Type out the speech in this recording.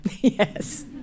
Yes